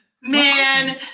man